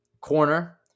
Corner